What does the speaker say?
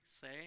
say